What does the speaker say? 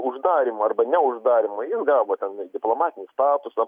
uždarymo arba neuždarymo jis gavo ten diplomatinį statusą